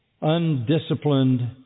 undisciplined